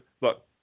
look